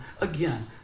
Again